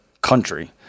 country